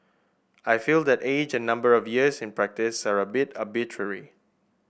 I feel that age and number of years in practice are a bit arbitrary